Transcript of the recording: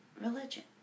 religion